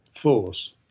force